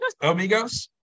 Amigos